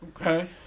Okay